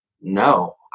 No